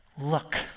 look